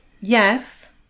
Yes